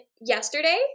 yesterday